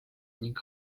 ning